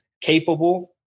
capable